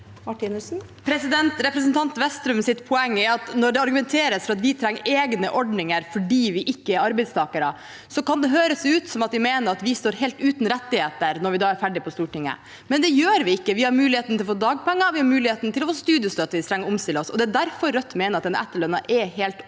Represen- tanten Westrums poeng er at når det argumenteres for at vi trenger egne ordninger fordi vi ikke er arbeidstakere, kan det høres ut som om en mener vi står helt uten rettigheter når vi er ferdige på Stortinget. Men det gjør vi ikke. Vi har muligheten til å få dagpenger. Vi har muligheten til å få studiestøtte hvis vi trenger å omstille oss. Det er derfor Rødt mener at den etterlønnen er helt overflødig.